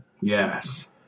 Yes